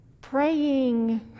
praying